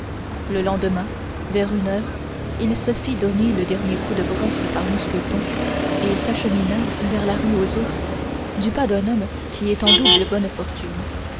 le lendemain vers une heure il se fit donner le dernier coup de brosse par mousqueton et s'achemina vers la rue aux ours du pas d'un homme qui est en double bonne fortune